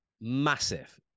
Massive